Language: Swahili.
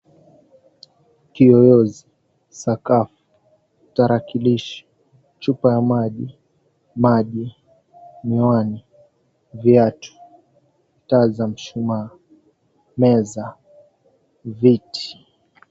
Kiyoyozi, sakafu, tarakilishi, chupa ya maji, maji , miwani, viatu, taa za mshumaa, meza , viti.